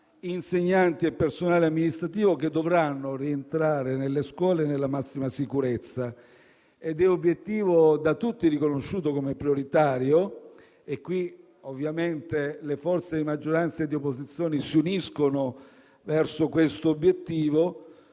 insegnanti e personale amministrativo, che dovranno rientrare nelle scuole nella massima sicurezza ed è obiettivo da tutti riconosciuto come prioritario. Ovviamente le forze di maggioranza e di opposizione si uniscono verso questo obiettivo